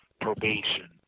probation